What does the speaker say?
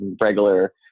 regular